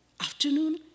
afternoon